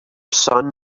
son